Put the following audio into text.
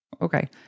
Okay